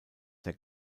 der